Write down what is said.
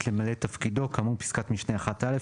למלא את תפקידו כאמור בפסקת משנה (1) א,